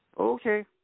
Okay